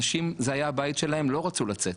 אנשים, זה היה הבית שלהם, ולא רצו לצאת.